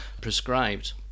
prescribed